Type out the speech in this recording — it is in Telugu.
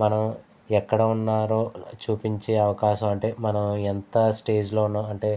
మనం ఎక్కడ ఉన్నారో చూపించే అవకాశం అంటే మనం ఎంత స్టేజ్ లో ఉన్నాం అంటే